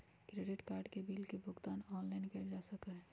credit card के bill के भुगतान ऑनलाइन कइल जा सका हई